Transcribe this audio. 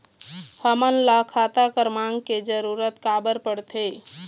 हमन ला खाता क्रमांक के जरूरत का बर पड़थे?